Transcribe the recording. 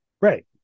Right